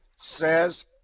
says